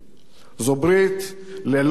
זו ברית ללא תקווה